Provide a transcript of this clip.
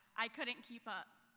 i couldn't keep up.